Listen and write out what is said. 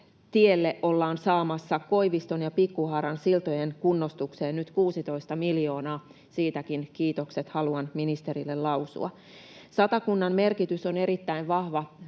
ollaan saamassa myöskin Koiviston ja Pikkuhaaran siltojen kunnostukseen nyt 16 miljoonaa — siitäkin kiitokset haluan ministerille lausua. Satakunnan merkitys on erittäin vahva